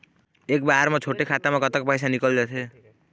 एक बार म छोटे खाता म कतक पैसा निकल जाथे?